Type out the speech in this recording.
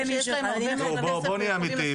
מישהו אחד --- בואו נהיה אמיתיים.